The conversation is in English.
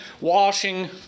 washing